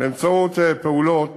באמצעות פעולות